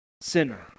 Sinner